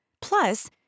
Plus